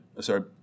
sorry